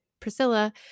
priscilla